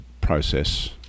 process